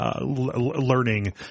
Learning